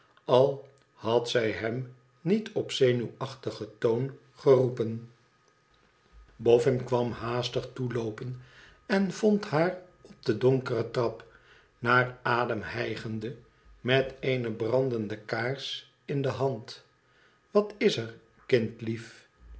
al had zij hem niet op zenuwachtigen toon geroepen boffin kwam haastig toeloopen en vond haar op de donkere trap naar adem hijgende met eene brandende kaars in de hand wat is er kindlief